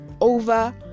over